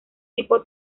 tipo